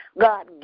God